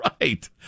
right